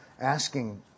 asking